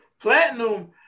Platinum